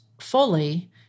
fully